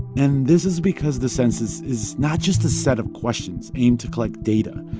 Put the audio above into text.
and this is because the census is not just a set of questions aimed to collect data.